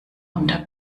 unter